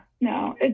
no